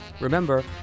Remember